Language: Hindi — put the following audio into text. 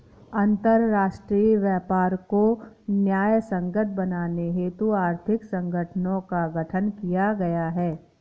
अंतरराष्ट्रीय व्यापार को न्यायसंगत बनाने हेतु आर्थिक संगठनों का गठन किया गया है